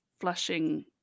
flushing